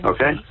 Okay